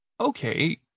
okay